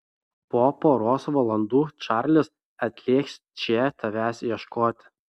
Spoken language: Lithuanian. po poros valandų čarlis atlėks čia tavęs ieškoti